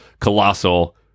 colossal